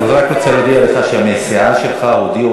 אני רק רוצה להודיע לך שמהסיעה שלך הודיעו